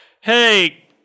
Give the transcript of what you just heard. hey